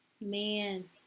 Man